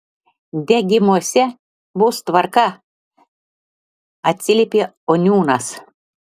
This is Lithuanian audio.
degimuose bus tvarka atsiliepia oniūnas